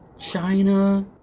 China